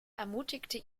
ermutigte